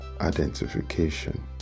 identification